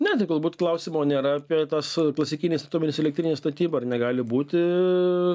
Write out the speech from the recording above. ne tai galbūt klausimo nėra apie tas klasikinės atominės elektrinės statyba ar jinai gali būti